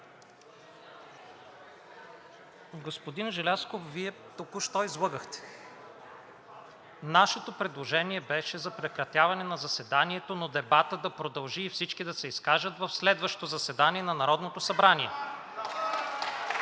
Господин Желязков, Вие току-що излъгахте. Нашето предложение беше за прекратяване на заседанието, но дебатът да продължи и всички да се изкажат в следващото заседание на Народното събрание